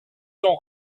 sont